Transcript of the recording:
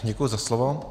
Děkuji za slovo.